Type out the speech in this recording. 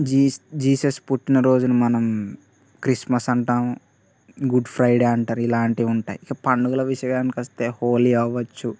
Gs Jesus పుట్టినరోజుని మనం Christmas అంటాం గుడ్ ఫ్రైడే అంటారు ఇలాంటి ఉంటాయి పండుగల విషయాని కొస్తే హోలీ అవ్వచ్చు